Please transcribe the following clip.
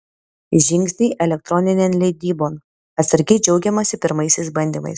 žingsniai elektroninėn leidybon atsargiai džiaugiamasi pirmaisiais bandymais